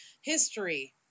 History